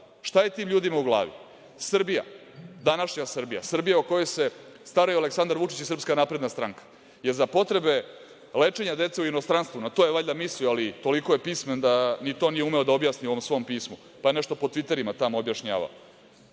šta je tim ljudima u glavi? Srbija, današnja Srbija, Srbija o kojoj se staraju Aleksandar Vučić i SNS je za potrebe lečenja dece u inostranstvu, na to je valjda mislio, ali toliko je pismen da ni to nije umeo da objasni u ovom svom pismu, pa nešto po tviterima tamo objašnjava,